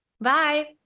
bye